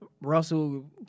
Russell